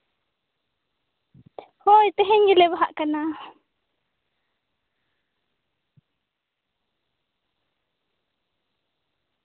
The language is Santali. ᱦᱳᱭ ᱛᱮᱦᱮᱧ ᱜᱮᱞᱮ ᱵᱟᱦᱟᱜ ᱠᱟᱱᱟ